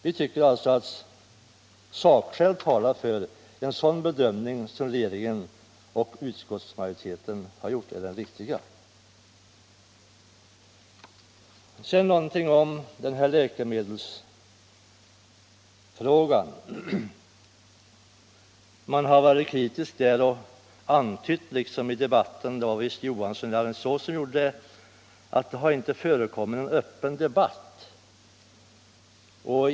Vi tycker alltså att sakskäl talar för att den bedömning som regeringen och utskottsmajoriteten har gjort är den riktiga. Så några ord om läkemedelsfrågan. Man har varit kritisk och antytt i diskussionen — det var visst herr Jonsson i Alingsås — att det inte har förekommit någon öppen debatt.